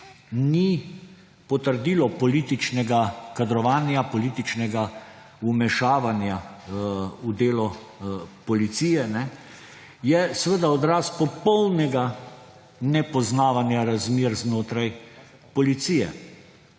ni potrdilo političnega kadrovanja, političnega vmešavanja v delo policije, je seveda odraz popolnega nepoznavanja razmer znotraj policije.